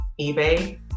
eBay